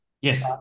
Yes